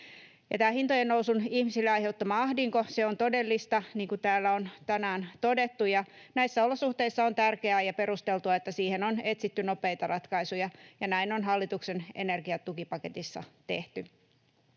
Tämä hintojen nousun ihmisille aiheuttama ahdinko on todellista, niin kuin täällä on tänään todettu, ja näissä olosuhteissa on tärkeää ja perusteltua, että siihen on etsitty nopeita ratkaisuja, ja näin on hallituksen energiatukipaketissa tehty.